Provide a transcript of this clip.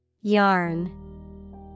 Yarn